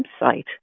website